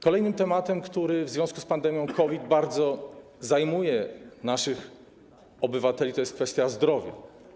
Kolejnym tematem, który w związku z pandemią COVID bardzo zajmuje naszych obywateli, jest kwestia zdrowia.